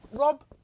Rob